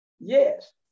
Yes